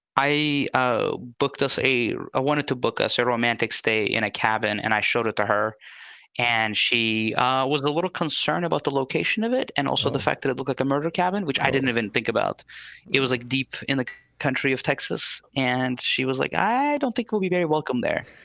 i booked us a. i wanted to book us a romantic stay in a cabin and i showed it to her and she was a little concerned about the location of it and also the fact that it look like a murder cabin, which i didn't even think about it was like deep in the country of texas. and she was like, i don't think will be very welcome there.